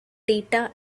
data